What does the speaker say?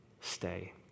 stay